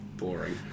boring